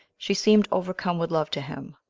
she seemed overcome with love to him.